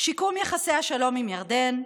שיקום יחסי השלום עם ירדן,